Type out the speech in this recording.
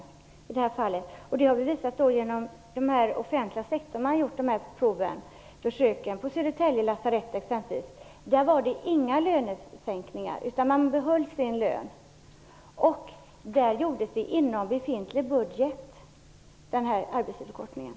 Att det är möjligt har påvisats vid försök som utförts inom den offentliga sektorn, t.ex. på Södertälje lasarett. Där var det inga lönesänkningar, utan personalen behöll sin lön, och arbetstidsförkortningen genomfördes inom befintlig budget.